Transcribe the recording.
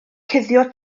cuddio